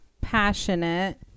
passionate